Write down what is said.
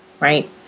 right